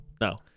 no